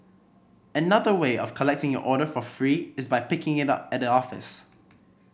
another way of collecting your order for free is by picking it up at the office